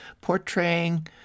portraying